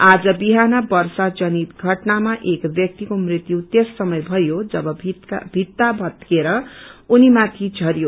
आज बिहान बर्षा जनित घटनामा एक ब्यक्तिको मृत्यु त्यस समय भयो जब भित्ता भतकेर उनि माथि झर्यो